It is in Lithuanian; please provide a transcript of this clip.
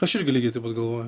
aš irgi lygiai taip galvoju